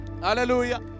Hallelujah